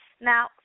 Now